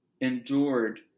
endured